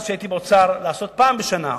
אז כשהייתי באוצר, לעשות פעם בשנה,